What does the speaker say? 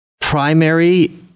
primary